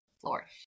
flourish